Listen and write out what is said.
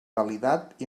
validat